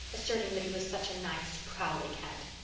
asserting that he was such a nice prowly cat.